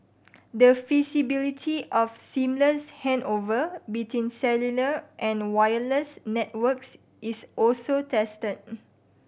the feasibility of seamless handover between cellular and wireless networks is also tested